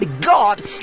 God